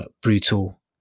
Brutal